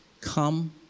come